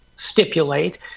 stipulate